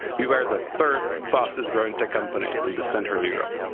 we were the third fastest growing tech company in the central europe.